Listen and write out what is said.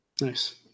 Nice